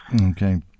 Okay